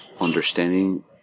understanding